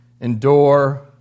endure